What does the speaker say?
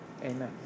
Amen